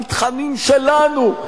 עם תכנים שלנו.